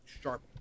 Sharp